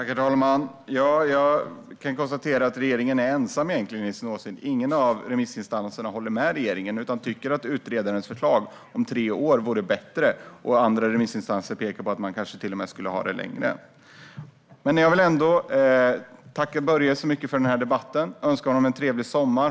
Herr talman! Jag kan konstatera att regeringen är ensam om sin åsikt. Ingen av remissinstanserna håller med regeringen utan tycker att utredarens förslag om tre års preskriptionstid vore bättre. Några remissinstanser tycker till och med att den skulle vara längre. Jag vill ändå tacka Börje så mycket för den här debatten och önska honom en trevlig sommar.